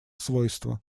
свойства